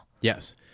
Yes